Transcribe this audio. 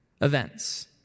events